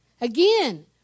Again